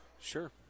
Sure